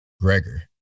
Gregor